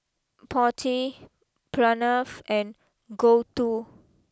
Potti Pranav and Gouthu